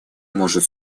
может